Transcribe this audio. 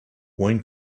one